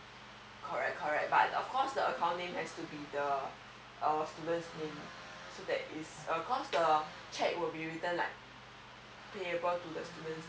correct correct but of course the account name has to be the uh student's name so that is because the check will be written like payable to the students name